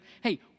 hey